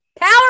Power